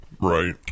right